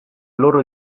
loro